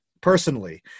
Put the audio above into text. personally